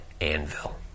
anvil